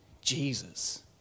Jesus